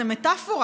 זו מטפורה,